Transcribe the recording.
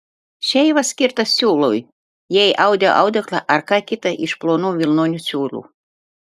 šeiva skirta siūlui jei audi audeklą ar ką kita iš plonų vilnonių siūlų